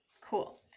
Cool